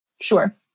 Sure